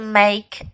make